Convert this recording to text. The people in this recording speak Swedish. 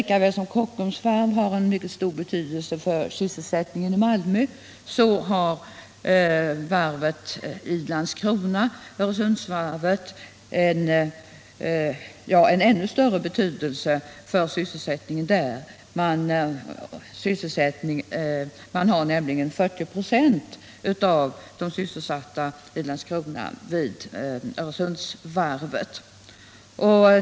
Kockums varv har visserligen mycket stor betydelse för sysselsättningen i Malmö, men detta gäller i ännu högre grad för Öresundsvarvet i Landskrona. Vid detta varv har man nämligen 40 96 av de syselsatta i Landskrona.